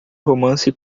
romance